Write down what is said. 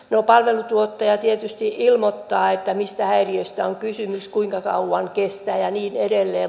no palvelun tuottaja tietysti ilmoittaa mistä häiriöistä on kysymys kuinka kauan kestää ja niin edelleen